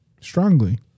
strongly